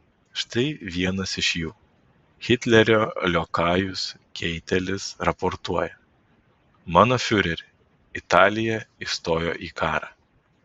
štai vienas iš jų hitlerio liokajus keitelis raportuoja mano fiureri italija įstojo į karą